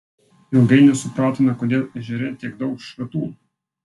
ilgai nesupratome kodėl ežere tiek daug šratų